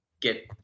Get